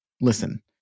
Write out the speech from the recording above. listen